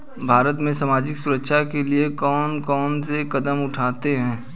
भारत में सामाजिक सुरक्षा के लिए कौन कौन से कदम उठाये हैं?